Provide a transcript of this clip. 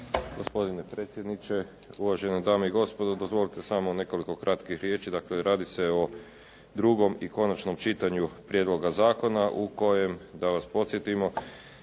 Gospodine predsjedniče, uvažene dame i gospodo. Dozvolite samo nekoliko kratkih riječi. Dakle, radi se o drugom i konačnom čitanju prijedloga zakona u kojem, da vas podsjetimo,